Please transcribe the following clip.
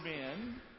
men